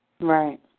Right